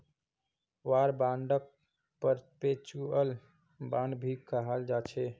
war बांडक perpetual bond भी कहाल जाछे